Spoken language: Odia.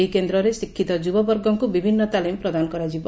ଏହି କେନ୍ରରେ ଶିକ୍ଷିତ ଯୁବ ବର୍ଗଙ୍କୁ ବିଭିନ୍ନ ତାଲିମ ପ୍ରଦାନ କରାଯିବ